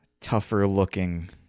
tougher-looking